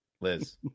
Liz